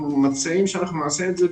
אנחנו מציעים שאנחנו נעשה את זה.